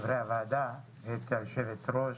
חברי הוועדה והיושבת ראש.